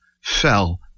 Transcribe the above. fell